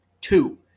Two